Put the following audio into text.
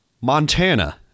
montana